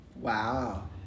Wow